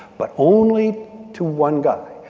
but only to one guy.